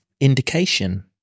indication